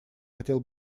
хотел